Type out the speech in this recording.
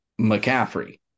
McCaffrey